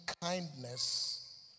kindness